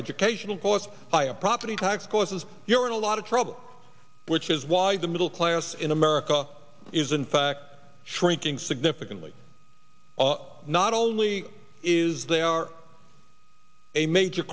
educational caused by a property tax causes you're in a lot of trouble which is why the middle class in america is in fact shrinking significantly not only is there are a major